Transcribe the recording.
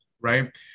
Right